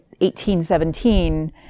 1817